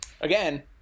Again